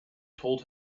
told